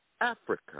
Africa